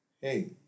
Hey